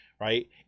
right